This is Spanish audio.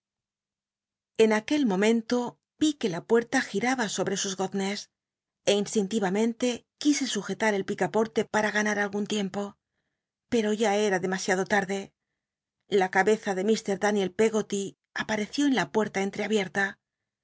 en aquel momento vi qlte la puci'la giraba sohc sus goznes é inslinti amcnle quise sugeta el picaporte para ganar algun tiempo pero ya era demasiado larde la cabeza de llfr daniel peggoty apmcció en la puerta